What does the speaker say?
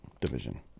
division